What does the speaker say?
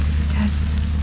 Yes